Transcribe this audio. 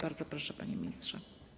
Bardzo proszę, panie ministrze.